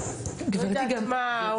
אני לא יודעת מה.